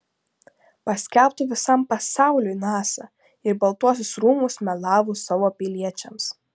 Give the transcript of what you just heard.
paskelbtų visam pasauliui nasa ir baltuosius rūmus melavus savo piliečiams